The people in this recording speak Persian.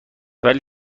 ولی